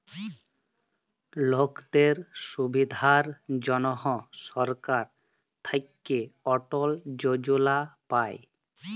লকদের সুবিধার জনহ সরকার থাক্যে অটল যজলা পায়